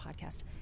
podcast